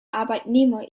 arbeitnehmer